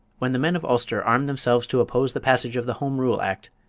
when the men of ulster armed themselves to oppose the passage of the home rule act,